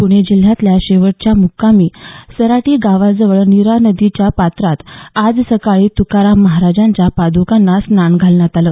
पुणे जिल्ह्यातल्या शेवटच्या मुक्कामी सराटी गावाजवळ नीरा नदीच्या पात्रात आज सकाळी तुकाराम महाराजांच्या पादकांना स्नान घालण्यात आलं